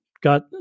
got